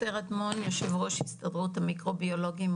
אני יושב-ראש הסתדרות המיקרוביולוגים,